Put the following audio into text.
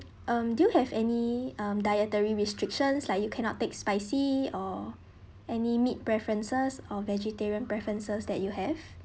um do you have any um dietary restrictions like you cannot take spicy or any meat preferences or vegetarian preferences that you have